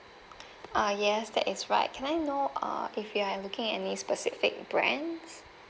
uh yes that is right can I know uh if you are looking at any specific brands